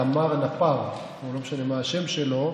תאמר נפאר או לא משנה מה השם שלו,